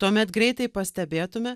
tuomet greitai pastebėtume